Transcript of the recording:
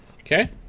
Okay